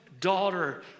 daughter